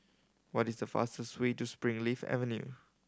what is the fastest way to Springleaf Avenue